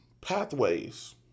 pathways